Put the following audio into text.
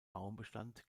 baumbestand